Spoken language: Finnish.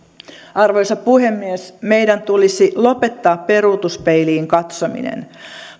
arvoisa puhemies meidän tulisi lopettaa peruutuspeiliin katsominen